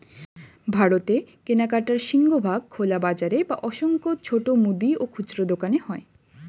ভারতে কেনাকাটার সিংহভাগ খোলা বাজারে বা অসংখ্য ছোট মুদি ও খুচরো দোকানে হয়